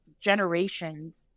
generations